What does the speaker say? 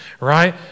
Right